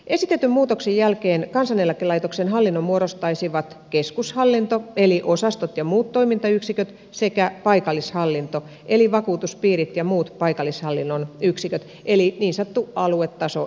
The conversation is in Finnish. esitetyn muutoksen jälkeen kansaneläkelaitoksen hallinnon muodostaisivat keskushallinto eli osastot ja muut toimintayksiköt sekä paikallishallinto eli vakuutuspiirit ja muut paikallishallinnon yksiköt eli niin sanottu aluetaso jäisi pois